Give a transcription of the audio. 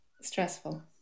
Stressful